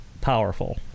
powerful